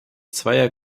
zweier